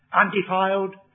undefiled